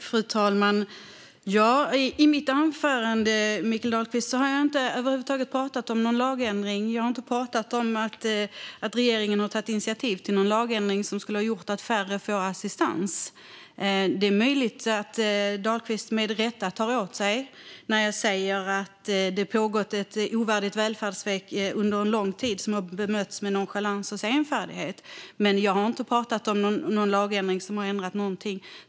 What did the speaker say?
Fru talman! I mitt anförande har jag inte över huvud taget pratat om någon lagändring, Mikael Dahlqvist. Jag har inte pratat om att regeringen har tagit initiativ till någon lagändring som skulle ha gjort att färre får assistans. Det är möjligt att Dahlqvist med rätta tar åt sig när jag säger att det under lång tid har pågått ett ovärdigt välfärdssvek som har bemötts med nonchalans och senfärdighet. Men jag har inte pratat om någon lagändring som har ändrat någonting.